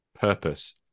purpose